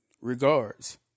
regards